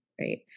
right